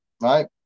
right